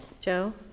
Joe